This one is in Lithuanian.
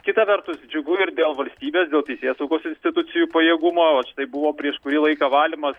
kita vertus džiugu ir dėl valstybės dėl teisėsaugos institucijų pajėgumo tai buvo prieš kurį laiką valymas